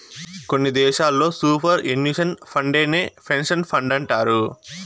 కొన్ని దేశాల్లో superannuation ఫండేనే పెన్సన్ ఫండంటారు